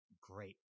great